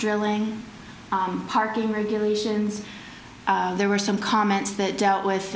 drilling parking regulations there were some comments that dealt with